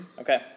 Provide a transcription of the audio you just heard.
Okay